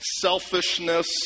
selfishness